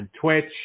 Twitch